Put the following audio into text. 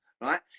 right